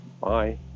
Bye